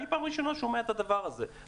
פעם ראשונה שאני שומע את הדבר הזה.